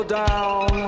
down